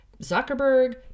Zuckerberg